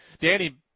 Danny